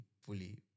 fully